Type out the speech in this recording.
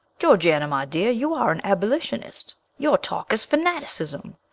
georgiana, my dear, you are an abolitionist your talk is fanaticism,